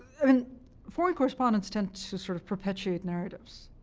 and foreign correspondents tend to sort of perpetuate narratives.